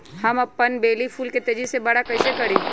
हम अपन बेली फुल के तेज़ी से बरा कईसे करी?